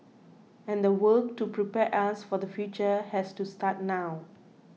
and the work to prepare us for the future has to start now